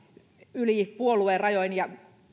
yli puoluerajojen ja